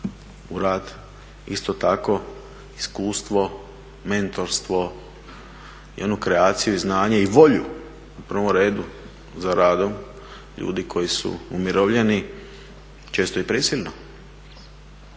u rad isto tako iskustvo, mentorstvo i onu kreaciju i znanje i volju u prvom redu za radom ljudi koji su umirovljeni često i prisilno